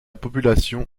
population